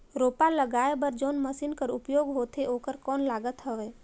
रोपा लगाय बर जोन मशीन कर उपयोग होथे ओकर कौन लागत हवय?